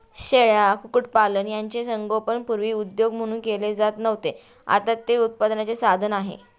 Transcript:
शेळ्या, कुक्कुटपालन यांचे संगोपन पूर्वी उद्योग म्हणून केले जात नव्हते, आता ते उत्पन्नाचे साधन आहे